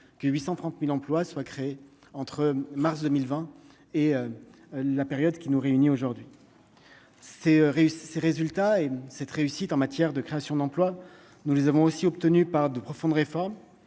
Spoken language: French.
que 830000 emplois soient créés entre mars 2020 et la période qui nous réunit aujourd'hui, c'est réussi : ses résultats et cette réussite en matière de création d'emplois, nous les avons aussi obtenu par de profondes réformes